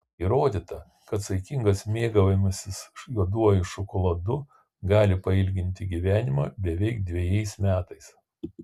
įrodyta kad saikingas mėgavimasis juoduoju šokoladu gali pailginti gyvenimą beveik dvejais metais